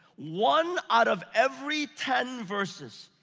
one out of every ten verses,